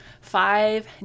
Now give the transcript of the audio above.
five